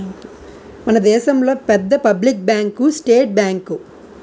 మన దేశంలో పెద్ద పబ్లిక్ బ్యాంకు స్టేట్ బ్యాంకు